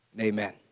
Amen